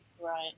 Right